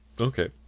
okay